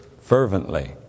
fervently